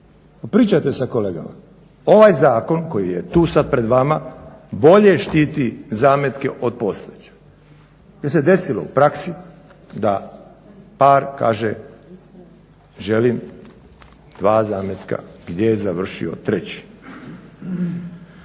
popričajte sa kolegama. Ovaj zakon koji je tu sad pred vama, bolje štiti zametke od postojećeg. Jer se desilo u praksi da par kaže želim dva zametka gdje je završio treći?